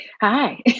Hi